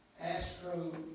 astro